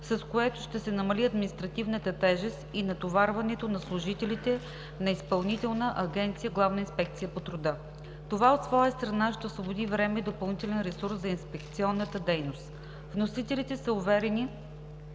с което ще се намали административната тежест и натоварването на служителите на Изпълнителна агенция „Главно инспекция по труда“. Това от своя страна ще освободи време и допълнителен ресурс за инспекционна дейност. Вносителите са уверени,